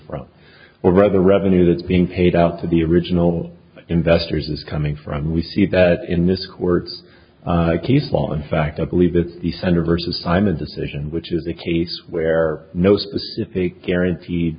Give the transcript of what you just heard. from or rather revenue that being paid out to the original investors is coming from we see that in this court case law in fact i believe that the center versus i'm a decision which is a case where no specific guaranteed